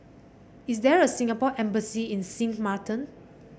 is there a Singapore Embassy in Sint Maarten